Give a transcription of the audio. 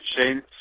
Shane